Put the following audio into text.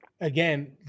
again